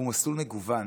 הוא מסלול מגוון.